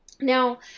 Now